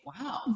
wow